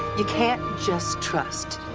you can't just trust.